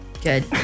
Good